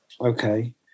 Okay